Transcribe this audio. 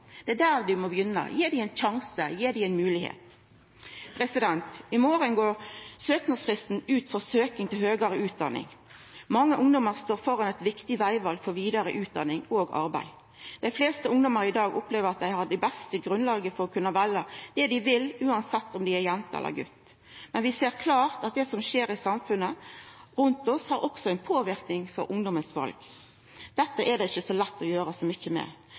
Det er der ein må begynna: Gi dei ein sjanse og ei moglegheit. I morgon går søknadsfristen til høgare utdanning ut. Mange ungdommar står framfor eit viktig vegval for vidare utdanning og arbeid. Dei fleste ungdommar i dag opplever at dei har det beste grunnlaget for å kunna velja det dei vil, uansett om dei er jenter eller gutar. Men vi ser klart at det som skjer i samfunnet rundt oss, også påverkar vala til ungdommane. Dette er det ikkje så lett å gjera så mykje med.